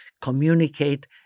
communicate